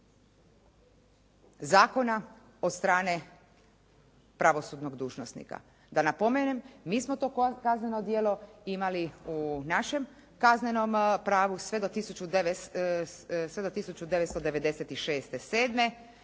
zakona od strane pravosudnog dužnosnika. Da napomenem, mi smo to kazneno djelo imali u našem kaznenom pravu sve do 1996.,